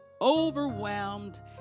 overwhelmed